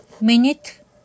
minute